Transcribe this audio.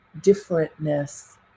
differentness